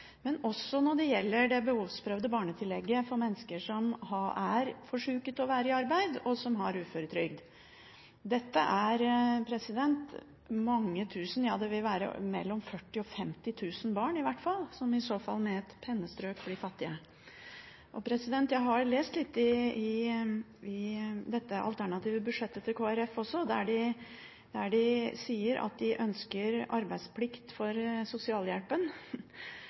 men også når det gjelder det behovsprøvde barnetillegget for mennesker som er for syke til å være i arbeid, og som har uføretrygd. Det vil være mange tusen barn – i hvert fall mellom førti og femti tusen – som i så fall med et pennestrøk blir fattige. Jeg har lest litt i dette alternative budsjettet til Kristelig Folkeparti også, der de sier at de ønsker arbeidsplikt for sosialhjelpen,